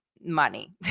money